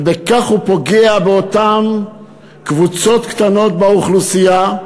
ובכך הוא פוגע באותן קבוצות קטנות באוכלוסייה.